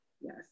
Yes